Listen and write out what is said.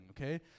okay